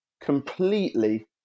Completely